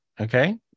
Okay